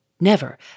Never